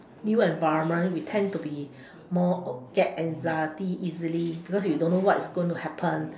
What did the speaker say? new environment we tend to be more get anxiety easily because you don't know what's going to happen